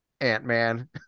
ant-man